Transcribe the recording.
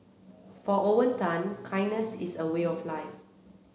for Owen Tan kindness is a way of life